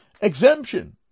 exemption